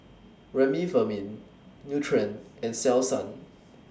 Remifemin Nutren and Selsun